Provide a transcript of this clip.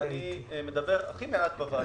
אני מדבר הכי מעט בוועדה.